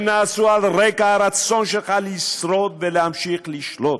הם נעשו על רקע הרצון שלך לשרוד ולהמשיך ולשלוט.